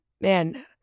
man